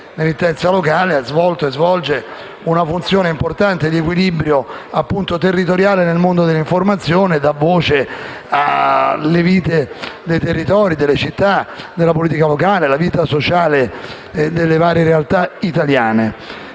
L'emittenza locale ha svolto e svolge una funzione importante di equilibrio territoriale nel mondo dell'informazione, dando voce alle vite dei territori delle città, della politica locale e della vita sociale delle varie realtà italiane.